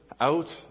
out